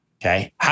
okay